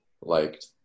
liked